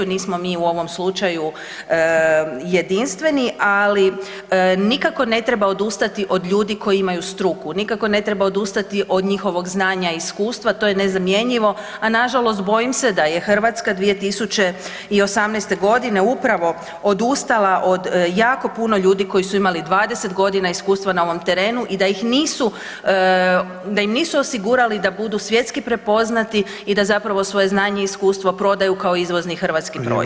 Nismo mi u ovom slučaju jedinstveni, ali nikako ne treba odustati od ljudi koji imaju struku, nikako ne treba odustati od njihovog znanja i iskustva, to je nezamjenjivo, a nažalost, bojim se da je Hrvatska 2018. godine upravo odustala od jako puno ljudi koji su imali 20 godina iskustva na ovom terenu i da ih nisu, da im nisu osigurali da budu svjetski prepoznati i da zapravo svoje znanje i iskustvo prodaju kao izvozni hrvatski proizvod.